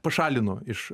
pašalino iš